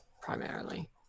primarily